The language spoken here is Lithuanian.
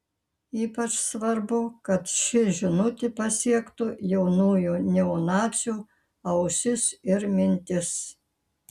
ypač svarbu kad ši žinutė pasiektų jaunųjų neonacių ausis ir mintis